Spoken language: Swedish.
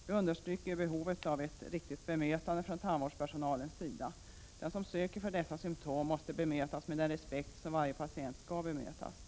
Vi understryker behovet av ett riktigt bemötande från tandvårdspersonalens sida. Den som söker för den här aktuella typen av symtom måste bemötas med samma respekt som varje patient skall bemötas med.